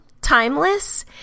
timeless